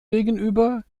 gegenüber